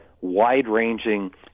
wide-ranging